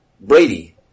Brady